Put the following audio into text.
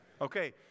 Okay